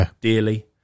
dearly